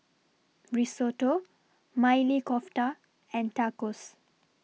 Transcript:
Risotto Maili Kofta and Tacos